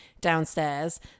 downstairs